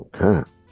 Okay